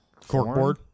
corkboard